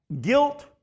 Guilt